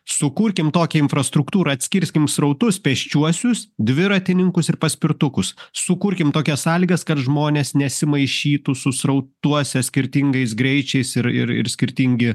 sukurkim tokią infrastruktūrą atskirsim srautus pėsčiuosius dviratininkus ir paspirtukus sukurkim tokias sąlygas kad žmonės nesimaišytų su srautuose skirtingais greičiais ir ir skirtingi